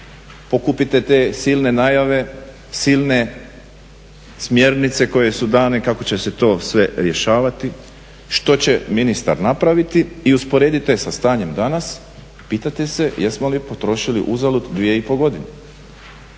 pokupite te silne najave, silne smjernice koje su dane kako će se to sve rješavati, što će ministar napraviti i usporedite sa stanjem danas. Pitate se jesmo li potrošili uzalud 2,5 godine?